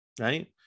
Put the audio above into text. right